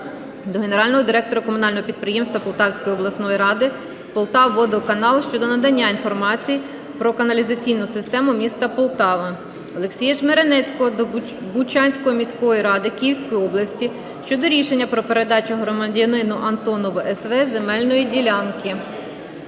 до Генерального директора Комунального підприємства Полтавської обласної ради "Полтававодоканал" щодо надання інформації про каналізаційну систему м. Полтава. Олексія Жмеренецького до Бучанської міської ради Київської області щодо рішення про передачу громадянину Антонову С.В. земельної ділянки.